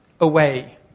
away